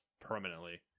permanently